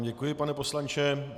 Děkuji, pane poslanče.